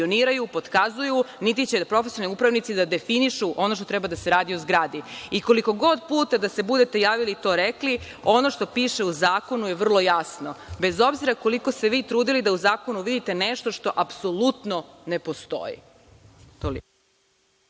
špijuniraju, potkazuju, niti će profesionalni upravnici da definišu ono što treba da se radi u zgradi i koliko god puta da se budete javili i to rekli, ono što piše u zakonu je vrlo jasno, bez obzira koliko se vi trudili da u zakonu vidite nešto što apsolutno ne postoji.